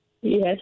Yes